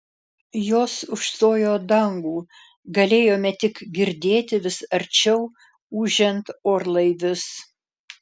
jos užstojo dangų galėjome tik girdėti vis arčiau ūžiant orlaivius